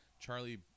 Charlie